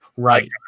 Right